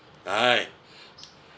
right